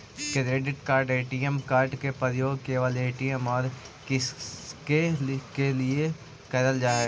Credit card ATM card के उपयोग केवल ए.टी.एम और किसके के लिए करल जा है?